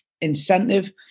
incentive